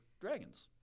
dragons